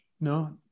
No